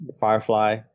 firefly